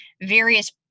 various